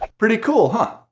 pretty cool, huh?